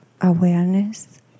awareness